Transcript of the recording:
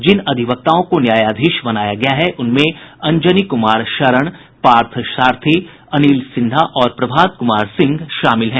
जिन अधिक्ताओं को न्यायाधीश बनाया गया है उनमें अंजनी कुमार शरण पार्थ सारथी अनिल सिन्हा और प्रभात कुमार सिंह शामिल हैं